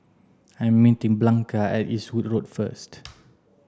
I'm meeting Blanca at Eastwood Road first